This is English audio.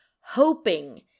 hoping